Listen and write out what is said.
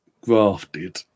grafted